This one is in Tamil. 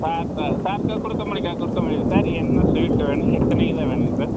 சார் சார் சாருக்கு கொடுக்க முடிக்க கொடுக்க முடியுது சார் என்ன ஸ்வீட்டு வேணும் எத்தனை கிலோ வேணுங்க சார்